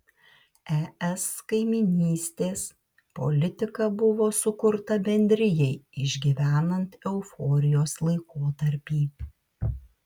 es kaimynystės politika buvo sukurta bendrijai išgyvenant euforijos laikotarpį